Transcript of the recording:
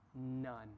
none